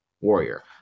warrior